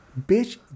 bitch